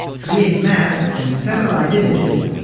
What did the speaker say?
create maps from satellite images,